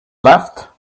left